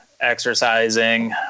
exercising